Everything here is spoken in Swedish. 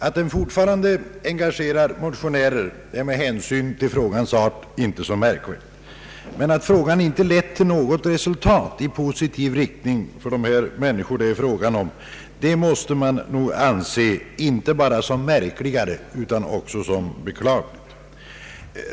Att den fortfarande engagerar motionärer är med hänsyn till frågans art inte så märkligt, men att frågan inte lett till något resultat i positiv riktning för de människor det gäller måste man anse inte bara som märkligare utan också som beklagligt.